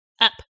Up